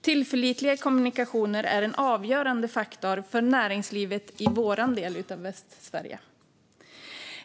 Tillförlitliga kommunikationer är en avgörande faktor för näringslivet i vår del av Västsverige.